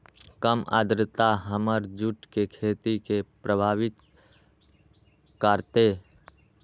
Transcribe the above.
कम आद्रता हमर जुट के खेती के प्रभावित कारतै?